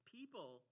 People